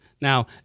Now